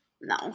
No